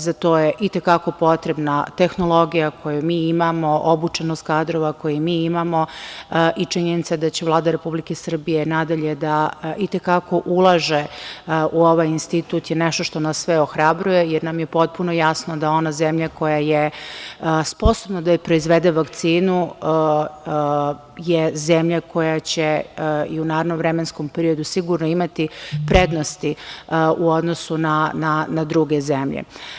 Za to je i te kako potrebna tehnologija koju mi imamo, obučenost kadrova koju mi imamo i činjenica da će Vlada Republike Srbije nadalje i te kako da ulaže u ovaj institut je nešto što nas sve ohrabruje, jer nam je potpuno jasno da ona zemlja koja je sposobna da proizvede vakcinu je zemlja koja će i u narednom vremenskom periodu sigurno imati prednosti u odnosu na druge zemlje.